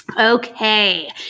Okay